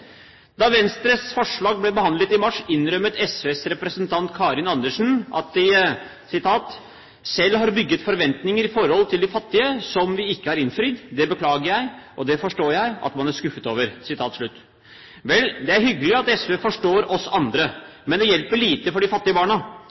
Da Venstres forslag ble behandlet i mars, innrømmet SVs representant Karin Andersen at de «selv har bygget forventninger i forhold til de fattige som vi ikke har innfridd. Det beklager jeg, og det forstår jeg at man er skuffet over».Dette ble uttalt av statsråd Kristin Halvorsen til TV 2 21. august 2009. Det er hyggelig at SV forstår oss andre, men det hjelper lite for de fattige barna.